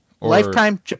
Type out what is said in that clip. Lifetime